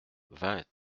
vingt